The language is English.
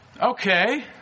Okay